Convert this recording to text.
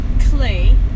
clay